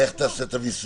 איך הם יעשו את הוויסות?